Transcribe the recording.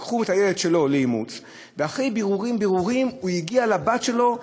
לקחו את הילד שלו לאימוץ ואחרי בירורים ובירורים הוא הגיע לבת שלו,